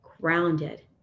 grounded